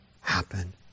happen